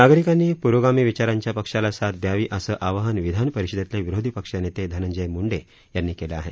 नागरिकांनी प्रोगामी विचारांच्या पक्षाला साथ द्यावी असं आवाहन विधान परिषदेतले विरोधी पक्षनेते धनंजय मूंडे यांनी केलं आहे